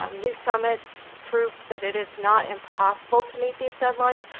um new summit proved that it is not impossible to meet these deadlines.